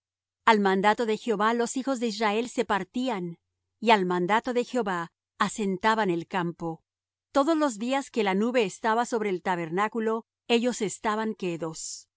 al mandato de jehová los hijos de israel se partían y al mandato de jehová asentaban el campo todos los días que la nube estaba sobre el tabernáculo ellos estaban quedos y